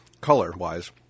color-wise